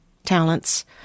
Talents